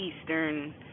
eastern